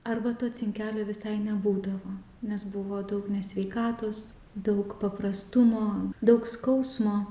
arba to cinkelio visai nebūdavo nes buvo daug nesveikatos daug paprastumo daug skausmo